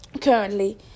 Currently